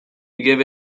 give